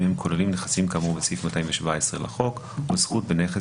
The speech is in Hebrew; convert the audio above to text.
הם כוללים נכסים כאמור בסעיף 217 לחוק או זכות בנכס